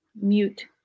mute